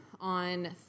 on